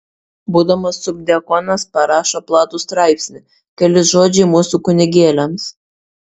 būdamas subdiakonas parašo platų straipsnį keli žodžiai mūsų kunigėliams